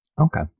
Okay